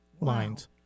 lines